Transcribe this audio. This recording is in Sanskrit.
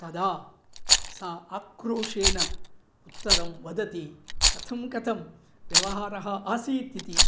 तदा सा आक्रोशेण उत्तरं वदति कथं कथं व्यवहारः आसीत् इति